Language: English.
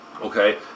okay